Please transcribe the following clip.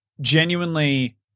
genuinely